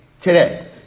today